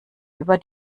über